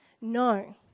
No